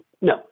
No